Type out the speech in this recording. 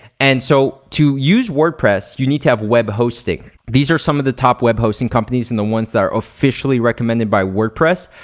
and so to use wordpress you need to have web hosting. these are some of the top web hosting companies and the ones that are officially recommended by wordpress.